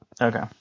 okay